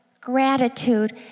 gratitude